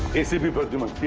acp pradyuman